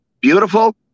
beautiful